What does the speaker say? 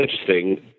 interesting